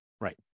Right